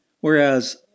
whereas